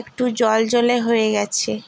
একটু জলজলে হয়ে গেছে